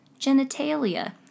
genitalia